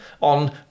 on